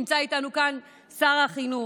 נמצא איתנו כאן שר החינוך.